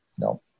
No